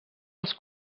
als